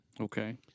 Okay